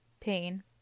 Pain